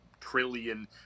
trillion